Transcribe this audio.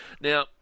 Now